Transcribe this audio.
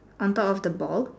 on top of the ball